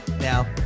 now